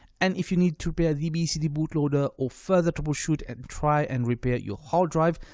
and if you need to repair the bcd boot loader or further troubleshoot and try and repair your hard drive,